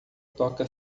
toca